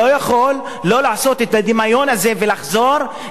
ולחזור לכל העניין של הגזענות נגד הערבים,